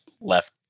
left